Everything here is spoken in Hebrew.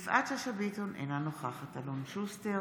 יפעת שאשא ביטון, אינה נוכחת אלון שוסטר,